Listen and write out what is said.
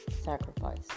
sacrifice